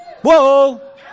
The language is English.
Whoa